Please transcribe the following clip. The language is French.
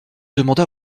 demanda